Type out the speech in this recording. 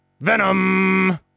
Venom